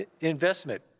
investment